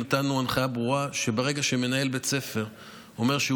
נתנו הנחיה ברורה שברגע שמנהל בית ספר אומר שהוא